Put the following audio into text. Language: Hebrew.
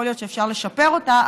יכול להיות שאפשר לשפר אותה,